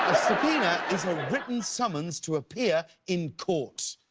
subpoena is a written summons to appear in court.